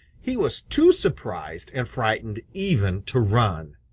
he was too surprised and frightened even to run.